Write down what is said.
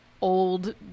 old